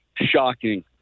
shocking